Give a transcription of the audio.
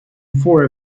for